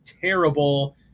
terrible –